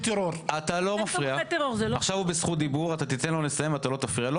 אתה לא מפריע, אתה תקבל זכות דיבור, אל תפריע לי.